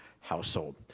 household